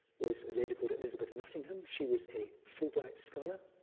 was a lady called elizabeth nottingham. she was a fulbright scholar,